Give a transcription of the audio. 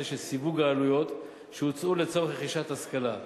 של סיווג העלויות שהוצאו לצורך רכישת השכלה.